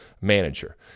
manager